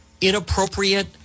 inappropriate